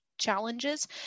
challenges